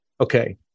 okay